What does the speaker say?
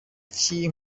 iki